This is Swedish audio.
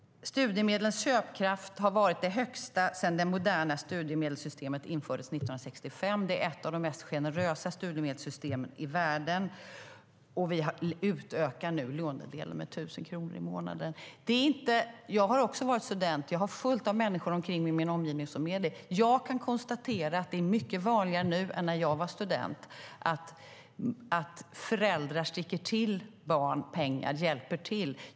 Studiemedlens köpkraft har varit den starkaste sedan det moderna studiemedelssystemet infördes 1965. Det är ett av de mest generösa studiemedelssystemen i världen, och nu utökar vi lånedelen med 1 000 kronor i månaden. Jag har också varit student, och jag har fullt av människor i min omgivning som är det. Jag kan konstatera att det är mycket vanligare nu än när jag var student att föräldrar sticker till barnen pengar, hjälper till.